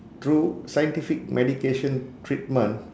thorough scientific medication treatment